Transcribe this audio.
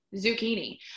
zucchini